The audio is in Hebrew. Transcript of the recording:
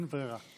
אין ברירה,